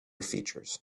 features